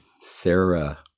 Sarah